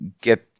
get